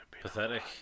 pathetic